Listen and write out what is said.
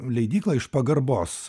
leidykla iš pagarbos